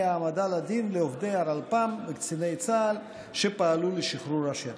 העמדה לדין לעובדי הרלפ"מ וקציני צה"ל שפעלו לשחרור השטח.